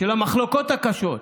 של המחלוקות הקשות,